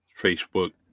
Facebook